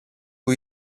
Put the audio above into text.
που